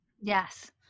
Yes